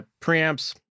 preamps